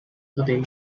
today